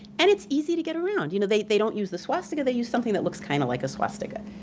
and it's easy to get around. you know they they don't use the swastika, they use something that looks kind of like a swastika.